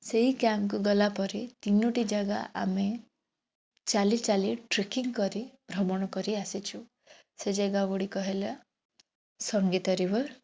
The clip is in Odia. ସେଇ କ୍ୟାମ୍ପକୁ ଗଲା ପରେ ତିନୋଟି ଯାଗା ଆମେ ଚାଲି ଚାଲି ଟ୍ରେକିଂ କରି ଭ୍ରମଣ କରି ଆସିଛୁ ସେ ଯାଗାଗୁଡ଼ିକ ହେଲା ସଙ୍ଗୀତ ରୀଭର୍